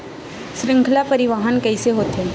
श्रृंखला परिवाहन कइसे होथे?